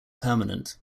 permanent